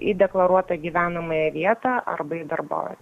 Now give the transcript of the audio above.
į deklaruotą gyvenamąją vietą arba į darbovietę